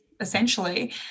essentially